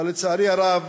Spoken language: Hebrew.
אבל, לצערי הרב,